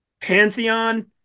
Pantheon